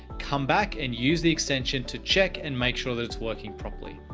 come back and use the extension to check and make sure that it's working properly.